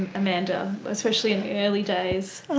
amanda, especially in early days?